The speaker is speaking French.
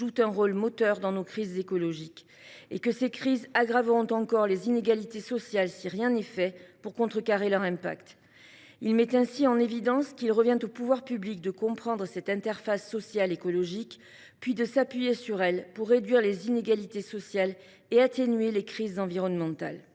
jouent un rôle moteur dans nos crises écologiques » et que « ces crises aggraveront encore les inégalités sociales si rien n’est fait pour contrecarrer leur impact ». Il met ainsi en évidence qu’« il revient aux pouvoirs publics de comprendre cette interface social écologique, (…) puis de s’appuyer sur elle pour réduire les inégalités sociales et atténuer les crises environnementales